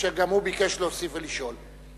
אשר גם הוא ביקש להוסיף ולשאול.